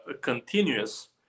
continuous